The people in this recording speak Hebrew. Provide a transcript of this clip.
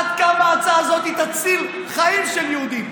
עד כמה ההצעה הזאת תציל חיים של יהודים.